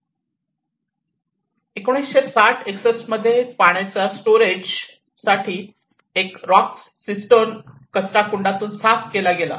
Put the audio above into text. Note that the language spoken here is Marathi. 1960 61 मध्ये पाण्याच्या स्टोरेज साठी एक रॉक सिस्टर्न कचरा कुंडातून साफ केला गेला